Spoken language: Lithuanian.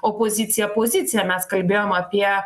opozicija pozicija mes kalbėjom apie